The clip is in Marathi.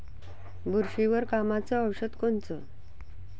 बुरशीवर कामाचं औषध कोनचं?